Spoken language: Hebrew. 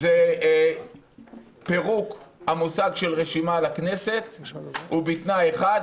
זה פירוק המושג של רשימה לכנסת ובתנאי אחד